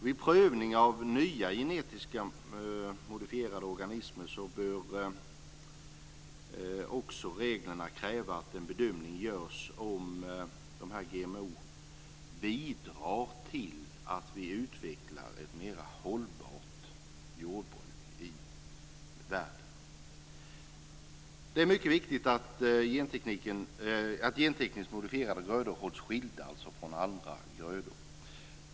Vid prövning av nya genetiska modifierade organismer bör också reglerna kräva att en bedömning görs av om GMO bidrar till att vi utvecklar ett mera hållbart jordbruk i världen. Det är mycket viktigt att gentekniskt modifierade grödor hålls skilda från andra grödor.